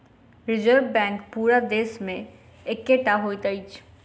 reserve Bank पूरा देश मे एकै टा होइत अछि